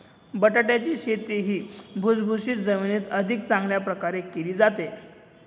बटाट्याची शेती ही भुसभुशीत जमिनीत अधिक चांगल्या प्रकारे केली जाते